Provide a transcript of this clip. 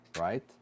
right